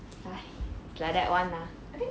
like that [one] lah